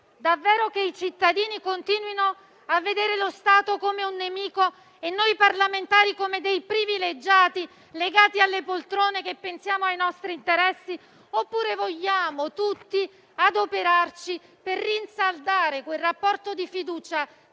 davvero che i cittadini continuino a vedere lo Stato come un nemico e noi parlamentari come dei privilegiati legati alle poltrone a pensare ai nostri interessi, oppure vogliamo tutti adoperarci per rinsaldare quel rapporto di fiducia